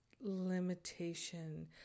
limitation